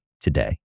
today